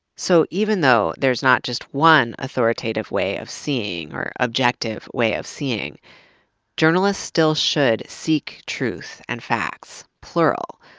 so even though there's not just one authoritative way of seeing, or objective way of seeing journalists still should seek truth and facts, plural,